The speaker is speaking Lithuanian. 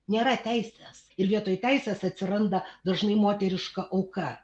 nėra teisės ir vietoj teisės atsiranda dažnai moteriška auka